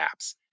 apps